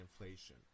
inflation